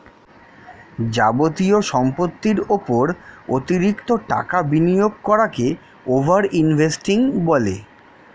যাবতীয় সম্পত্তির উপর অতিরিক্ত টাকা বিনিয়োগ করাকে ওভার ইনভেস্টিং বলে